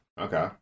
Okay